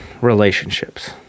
relationships